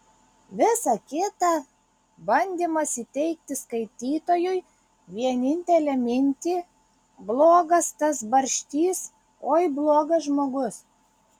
visa kita bandymas įteigti skaitytojui vienintelę mintį blogas tas barštys oi blogas žmogus